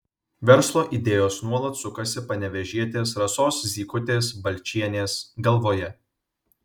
verslo idėjos nuolat sukasi panevėžietės rasos zykutės balčienės galvoje